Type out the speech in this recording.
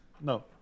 No